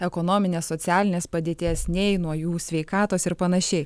ekonominės socialinės padėties nei nuo jų sveikatos ir panašiai